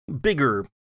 bigger